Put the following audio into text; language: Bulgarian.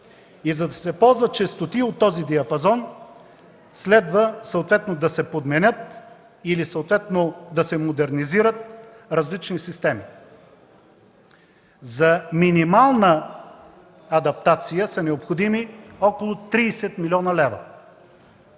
и за да се ползват честоти от този диапазон, следва съответно да се подменят или да се модернизират различни системи. За минимална адаптация са необходими около 30 млн. лв.,